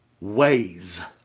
ways